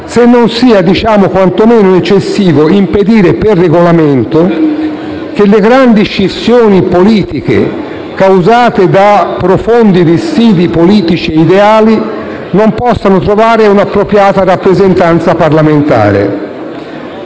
se non sia quanto meno eccessivo impedire per Regolamento che le grandi scissioni politiche causate da profondi dissidi politici e ideali non possano trovare un'appropriata rappresentanza parlamentare.